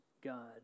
God